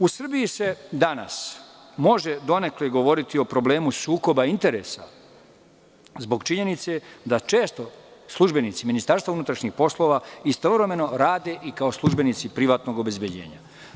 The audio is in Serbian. U Srbiji se danas može donekle govoriti o problemu sukoba interesa zbog činjenice da često službenici MUP istovremeno rade i kao službenici privatnog obezbeđenja.